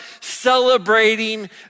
celebrating